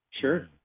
Sure